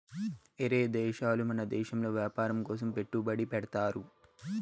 ఏరే దేశాలు మన దేశంలో వ్యాపారం కోసం పెట్టుబడి పెడ్తారు